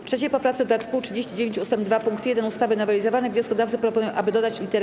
W 3. poprawce do art. 39 ust. 2 pkt 1 ustawy nowelizowanej wnioskodawcy proponują, aby dodać lit.